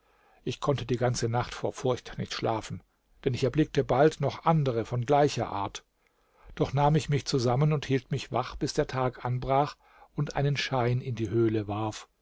ich konnte die ganze nacht vor furcht nicht schlafen denn ich erblickte bald noch andere von gleicher art doch nahm ich mich zusammen und hielt mich wach bis der tag anbrach und einen schein in die höhle warf